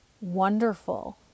wonderful